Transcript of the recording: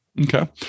Okay